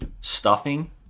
stuffing